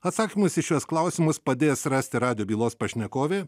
atsakymus į šiuos klausimus padės rasti radijo bylos pašnekovė